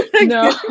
No